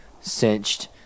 cinched